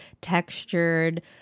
textured